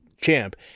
champ